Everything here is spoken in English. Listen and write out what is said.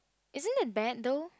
isn't that bad though